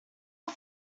are